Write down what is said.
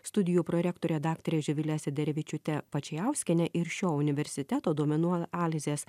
studijų prorektore daktare živile sederevičiūte pačijauskienė ir šio universiteto duomenų analizės